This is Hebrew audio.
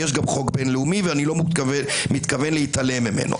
יש גם חוק בין-לאומי ואני לא מתכוון להתעלם ממנו.